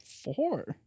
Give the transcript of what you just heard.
Four